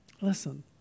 Listen